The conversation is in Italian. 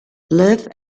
live